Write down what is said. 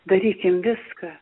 darykim viską